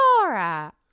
Laura